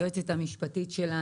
היועצת המשפטית,